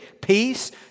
peace